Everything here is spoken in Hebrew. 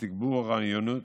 לתגבור אוריינות